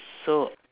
so